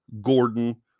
Gordon